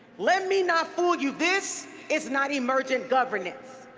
let me not fool you. this is not emergent governance.